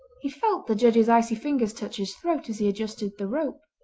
he felt the judge's icy fingers touch his throat as he adjusted the rope.